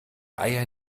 eier